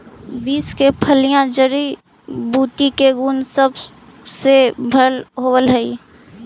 beans के फलियां जड़ी बूटी के गुण सब से भरल होब हई